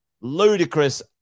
ludicrous